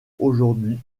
aujourd’hui